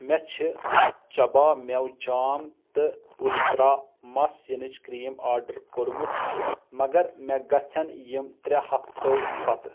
مےٚ چھِ چَبا مٮ۪وٕ جام تہٕ اُسترا مَس یِنٕچ کریٖم آرڈر کوٚرمُت مَگر مےٚ گَژھن یم ترٚےٚ ہَفتو پتہٕ